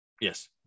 Yes